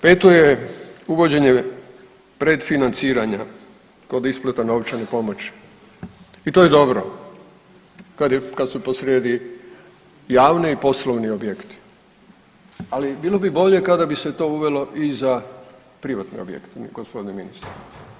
Peto je uvođenje predfinanciranja kod isplata novčane pomoći i to je dobro kad su posrijedi javni i poslovni objekti, ali bilo bi bolje kada bi se to uvelo i za privatne objekte gospodine ministre.